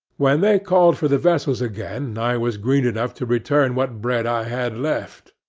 when they called for the vessels again, i was green enough to return what bread i had left,